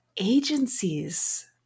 agencies